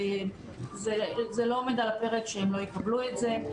זה לא עומד על הפרק שהם לא יקבלו את זה.